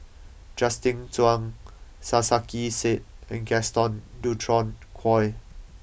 Justin Zhuang Sarkasi Said and Gaston Dutronquoy